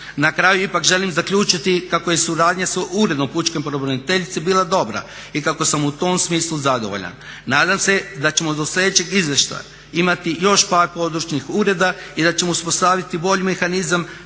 Na kraju ipak želim zaključiti kako je suradnja sa Uredom pučke pravobraniteljice bila dobra i kako sam u tom smislu zadovoljan. Nadam se da ćemo do sledećeg izvještaja imati još par područnih ureda i da ćemo uspostaviti bolji mehanizam,